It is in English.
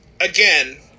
again